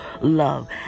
love